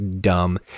dumb